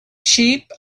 sheep